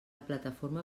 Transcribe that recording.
plataforma